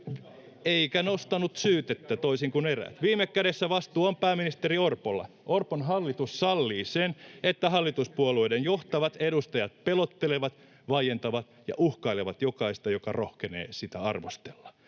perussuomalaisten ryhmästä] Viime kädessä vastuu on pääministeri Orpolla. Orpon hallitus sallii sen, että hallituspuolueiden johtavat edustajat pelottelevat, vaientavat ja uhkailevat jokaista, joka rohkenee sitä arvostella.